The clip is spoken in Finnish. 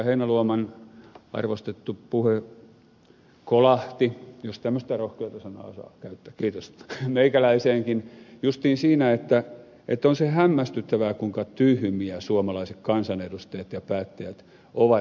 heinäluoman arvostettu puhe kolahti jos tämmöistä rohkeata sanaa saa käyttää kiitos meikäläiseenkin justiin siinä että on se hämmästyttävää kuinka tyhmiä suomalaiset kansanedustajat ja päättäjät ovat